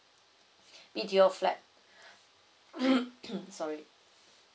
B_T_O flat sorry